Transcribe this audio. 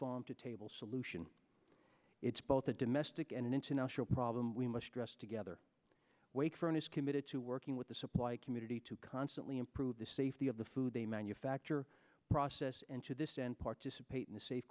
farm to table solution it's both a domestic and international problem we must address together wakefulness committed to working with the supply community to constantly improve the safety of the food they manufacture process and to this and participate in a safe